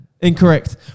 Incorrect